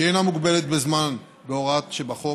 שאינה מוגבלת בזמן בהוראה שבחוק,